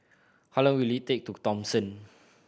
how long will it take to Thomson